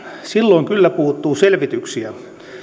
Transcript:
silloin kyllä puuttuu selvityksiä